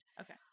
Okay